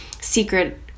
secret